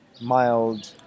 mild